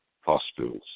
hospitals